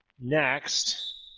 Next